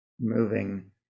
moving